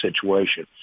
situation